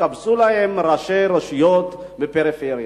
התקבצו להם ראשי רשויות מהפריפריה.